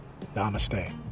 Namaste